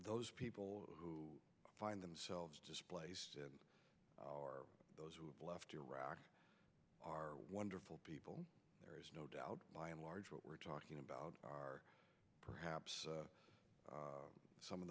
those people who find themselves displaced or those who have left iraq are wonderful people there is no doubt by and large what we're talking about are perhaps some of